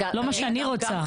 לא מה שאני רוצה.